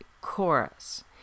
chorus